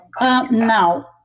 Now